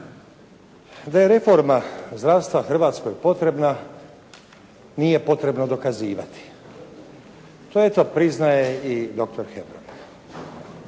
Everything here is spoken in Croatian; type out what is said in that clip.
Da je reforma zdravstva Hrvatskoj potrebna, nije potrebno dokazivati. To je kad priznaje i dr. Hebrang.